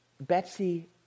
Betsy